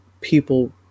people